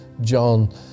John